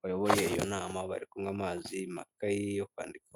bayoboye inama, bari kunywa amazi, amakaye yo kwandikamo.